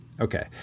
Okay